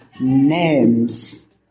names